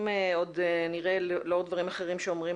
אם נראה לעוד דברים אחרים שאומרים,